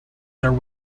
there